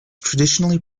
traditionally